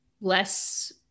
less